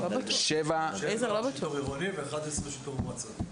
שבע לשיטור העירוני ו-11 לשיטור המועצתי.